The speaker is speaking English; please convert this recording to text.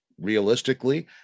realistically